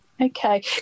Okay